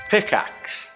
Pickaxe